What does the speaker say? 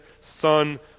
son